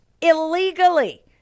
illegally